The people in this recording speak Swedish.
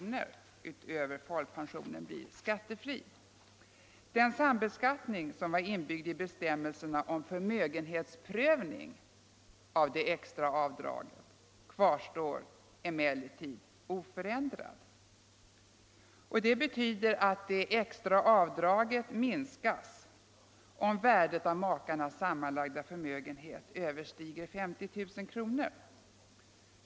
per år utöver folkpensionen blir skattefri. Den sambeskattning som var inbyggd i bestämmelserna om förmögenhetsprövning av det extra avdraget kvarstår emellertid oförändrad. Det betyder att det extra avdraget minskas, om värdet av makarnas sammanlagda förmögenhet överstiger 50 000 kr.